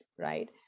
right